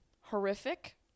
horrific